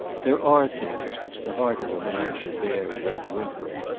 there are things which the heart of a man should bear without whimpering,